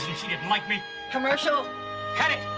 she didn't like me commercial cut it!